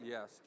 Yes